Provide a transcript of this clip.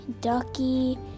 Ducky